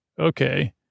Okay